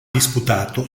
disputato